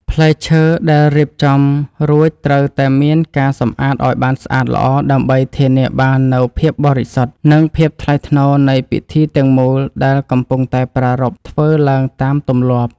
ផ្លែឈើដែលរៀបចំរួចត្រូវតែមានការសម្អាតឱ្យបានស្អាតល្អដើម្បីធានាបាននូវភាពបរិសុទ្ធ និង ភាពថ្លៃថ្នូរនៃពិធីទាំងមូលដែលកំពុងតែប្រារព្ធធ្វើឡើងតាមទម្លាប់។